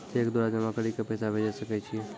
Cheque द्वारा जमा करि के पैसा भेजै सकय छियै?